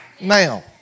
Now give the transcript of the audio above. now